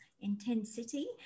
Intensity